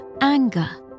anger